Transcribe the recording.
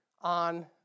on